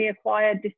acquired